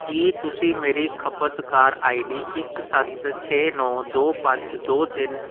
ਕੀ ਤੁਸੀਂ ਮੇਰੀ ਖਪਤਕਾਰ ਆਈ ਡੀ ਇੱਕ ਸੱਤ ਛੇ ਨੌਂ ਦੋ ਪੰਜ ਦੋ ਤਿੰਨ